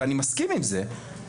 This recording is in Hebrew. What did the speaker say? ואני מסכים עם זה,